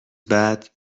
بعد